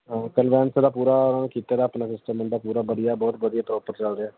ਕੁਲਵੰਤ ਦਾ ਪੂਰਾ ਕੀਤੇ ਦਾ ਆਪਣਾ ਸਿਸਟਮ ਉਹਨਾਂ ਪੂਰਾ ਵਧੀਆ ਬਹੁਤ ਵਧੀਆ ਪ੍ਰੋਪਰ ਚੱਲ ਰਿਹਾ